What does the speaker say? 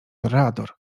toreador